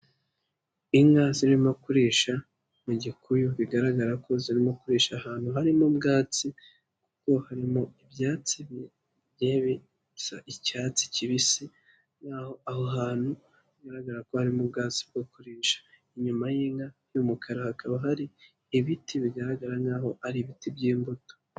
Inka zirimo kurisha mu gikuyu, bigaragara ko zirimo kuririsha ahantu harimo ubwatsi kuko harimo ibyatsi bigye bitsa icyatsi kibisi, aho hantu hagaragara ko harimo ubwatsi bwo kurisha. Inyuma y'inka y'umukara hakaba hari ibiti bigaragara nkaho ari ibiti by'imbuto.